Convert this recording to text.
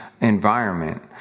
environment